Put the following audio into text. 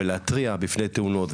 ולהתריע בפני תאונות,